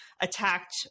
attacked